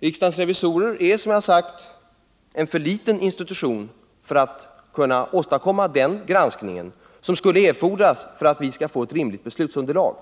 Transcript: Riksdagens revisorer är som sagt en för liten institution för att kunna åstadkomma den granskning som skulle erfordras för att vi skall få ett rimligt beslutsunderlag.